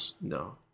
no